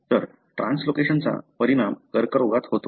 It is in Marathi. तर ट्रान्सलोकेशनचा परिणाम कर्करोगात होतो